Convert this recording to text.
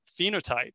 phenotype